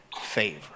favor